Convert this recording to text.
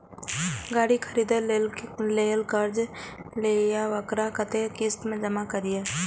गाड़ी खरदे के लेल जे कर्जा लेलिए वकरा कतेक किस्त में जमा करिए?